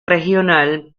regional